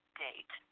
date